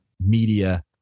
media